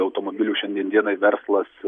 automobilių šiandien dienai verslas